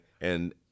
And-